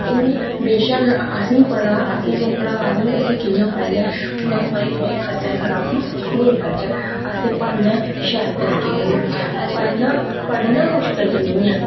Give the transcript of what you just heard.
बेशक्क असेंगी पता असेंगी ओह् पढ़ा दे न ते असें कि'यां पढ़ना ऐ हून अस तां तुआहीं खज्जल खराबी नेईं करचै असें पढ़ना ऐ शैल तरीके कन्नै पढ़ना पढ़ना मुश्किल नी ऐ